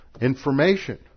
information